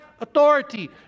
authority